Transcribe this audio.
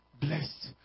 blessed